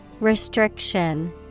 Restriction